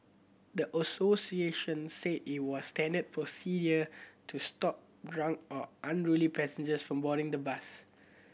the association said it was standard procedure to stop drunk or unruly passengers from boarding the bus